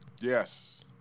Yes